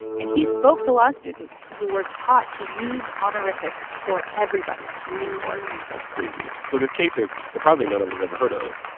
and he spoke to law students who were taught to use honorifics for everybody in court that's crazy. so this case, that surprisingly none of us ever heard of,